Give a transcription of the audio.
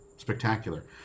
Spectacular